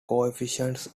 coefficients